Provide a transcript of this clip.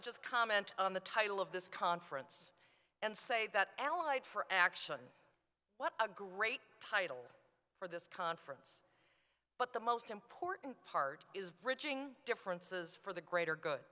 to just comment on the title of this conference and say that allied for action what a great title for this conference but the most important part is bridging differences for the greater good